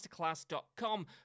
masterclass.com